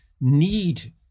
need